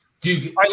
Dude